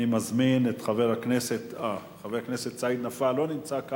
חבר הכנסת סעיד נפאע לא נמצא.